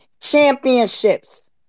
Championships